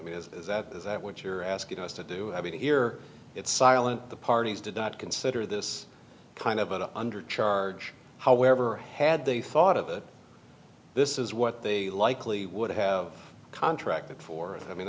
mean is that is that what you're asking us to do i mean here it's silent the parties did not consider this kind of an under tarp which however had they thought of it this is what they likely would have contracted for i mean